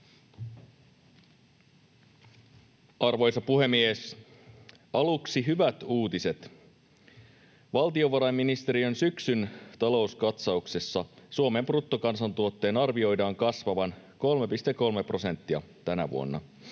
Arvoisa puhemies! Aluksi hyvät uutiset. Valtiovarainministeriön syksyn talouskatsauksessa Suomen bruttokansantuotteen arvioidaan kasvavan 3,3 prosenttia tänä vuonna